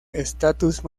estatus